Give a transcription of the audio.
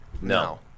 No